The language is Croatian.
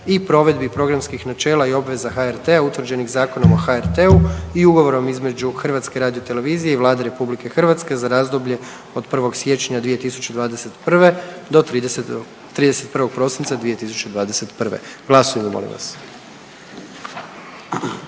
i provedbi programskih načela i obveza HRT-a utvrđenih Zakonom o HRT-u i Ugovorom između HRT-a i Vlade RH za razdoblje od 1. siječnja 2021. do 31. prosinca 2021., glasujmo molim vas.